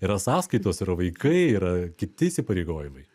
yra sąskaitos yra vaikai yra kiti įsipareigojimai